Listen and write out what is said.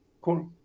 cool